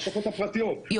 הלשכות הפרטיות,